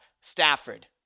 Stafford